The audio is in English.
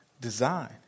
design